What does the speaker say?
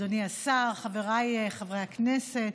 אדוני השר, חבריי חברי הכנסת,